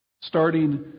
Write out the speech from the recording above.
Starting